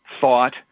thought